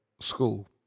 school